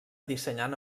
dissenyant